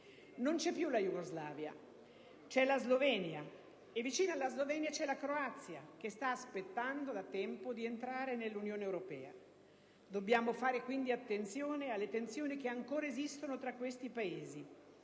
Non c'è più la Jugoslavia: c'è la Slovenia e, vicino, c'è la Croazia, che sta aspettando da tempo di entrare a far parte dell'Unione europea. Dobbiamo quindi fare attenzione alle tensioni che ancora esistono tra questi Paesi.